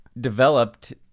developed